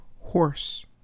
horse